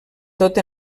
tot